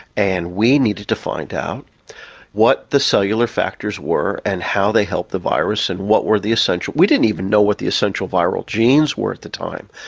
and we needed to find out what the cellular factors were and how they helped the virus and what were the essential, we didn't even know what the essential viral genes were at the time.